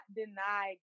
deny